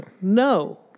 no